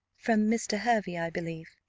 from mr. hervey, i believe.